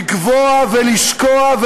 לגווע ולשקוע,